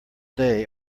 day